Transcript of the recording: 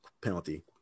penalty